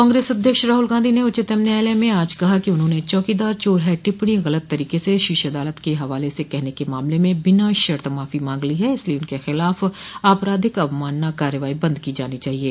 कांग्रेस अध्यक्ष राहुल गांधी ने उच्चतम न्यायालय में आज कहा कि उन्होंने चौकीदार चोर है टिप्पणी गलत तरीके से शीर्ष अदालत के हवाले से कहने के मामले में बिना शर्त माफी मांग ली है इसलिये उनके खिलाफ आपराधिक अवमानना कार्यवाही बंद की जानी चाहिये